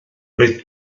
roedd